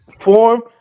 Form